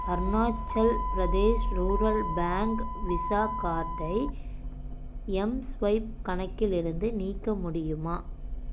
Arunachal Pradesh rural bank Visa கார்டை Mswipe கணக்கிலிருந்து நீக்க முடியுமா